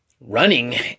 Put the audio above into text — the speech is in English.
running